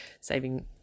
saving